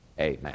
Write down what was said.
amen